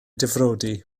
difrodi